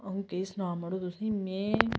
आ'ऊं केह् सनां मड़ो तुसेंई में